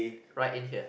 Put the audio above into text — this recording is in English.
right in here